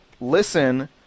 listen